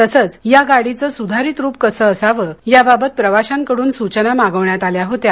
तसंच या गाडीचं सुधारित रूप कसं असावं याबाबत प्रवाशांकडून सुचना मागवण्यात आल्या होत्या